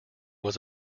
was